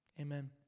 Amen